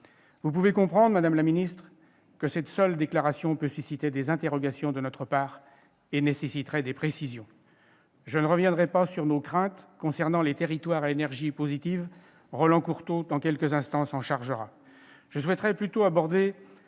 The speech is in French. Vous pouvez comprendre, madame la ministre, que cette seule déclaration suscite des interrogations de notre part et qu'elle nécessite des précisions. Je ne reviendrai pas sur nos craintes concernant les territoires à énergie positive, Roland Courteau s'en chargera dans quelques instants. Je souhaite plutôt aborder